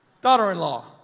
daughter-in-law